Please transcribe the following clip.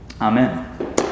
Amen